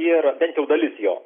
ir bent jau dalis jo